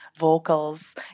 vocals